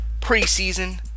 Preseason